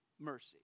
mercy